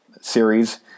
series